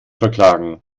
verklagen